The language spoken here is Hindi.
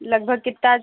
लगभग कितना